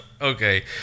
Okay